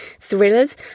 thrillers